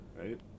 right